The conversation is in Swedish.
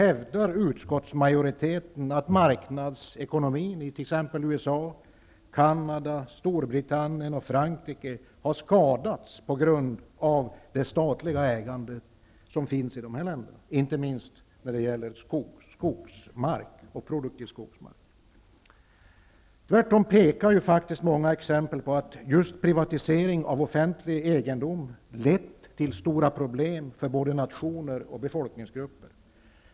Hävdar utskottsmajoriteten att marknadsekonomin i t.ex. USA, Canada, Storbritannien och Frankrike har skadats på grund av det statliga ägandet, inte minst när det gäller produktiv skogsmark? Nej, tvärtom pekar många exempel på att just privatisering av offentlig egendom har lett till stora problem för både nationer och befolkningsgrupper.